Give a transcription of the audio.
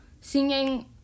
Singing